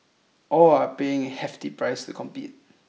all are paying a hefty price to compete